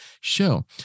show